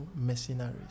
mercenaries